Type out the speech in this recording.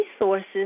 resources